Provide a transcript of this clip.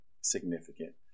significant